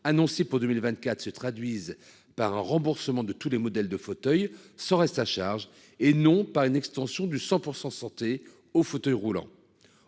annoncée pour 2024 se. Par un remboursement de tous les modèles de fauteuils sans reste à charge et non pas une extension du 100% santé au fauteuil roulant